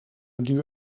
duur